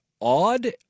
Odd